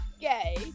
gay